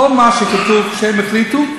כל מה שכתוב שהם החליטו,